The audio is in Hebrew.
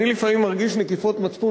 אני לפעמים מרגיש נקיפות מצפון,